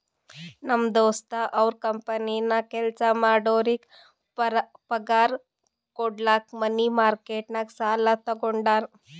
ನಮ್ ದೋಸ್ತ ಅವ್ರ ಕಂಪನಿನಾಗ್ ಕೆಲ್ಸಾ ಮಾಡೋರಿಗ್ ಪಗಾರ್ ಕುಡ್ಲಕ್ ಮನಿ ಮಾರ್ಕೆಟ್ ನಾಗ್ ಸಾಲಾ ತಗೊಂಡಾನ್